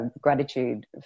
gratitude